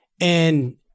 And-